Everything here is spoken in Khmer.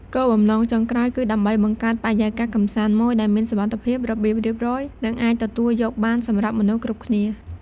គោលបំណងចុងក្រោយគឺដើម្បីបង្កើតបរិយាកាសកម្សាន្តមួយដែលមានសុវត្ថិភាព របៀបរៀបរយ និងអាចទទួលយកបានសម្រាប់មនុស្សគ្រប់គ្នា។